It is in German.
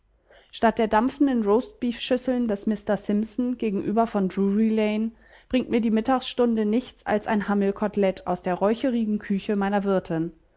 statt der dampfenden roastbeef schüsseln des mr simpson gegenüber von drury lane bringt mir die mittagsstunde nichts als ein hammel kotelett aus der räuchrigen küche meiner wirtin